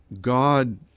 God